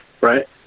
Right